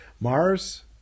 Mars